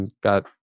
got